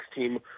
team